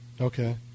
Okay